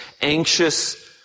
anxious